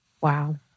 Wow